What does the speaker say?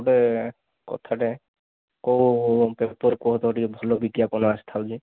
ଗୋଟେ କଥାଟେ କେଉଁ ପେପର କୁହତ ଟିକିଏ ଭଲ ବିଜ୍ଞାପନ ଆସିଥାଉଛି